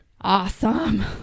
Awesome